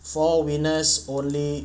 four winners only